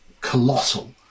colossal